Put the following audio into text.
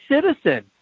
citizen